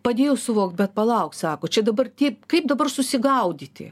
padėjo suvok bet palauk sako čia dabar tie kaip dabar susigaudyti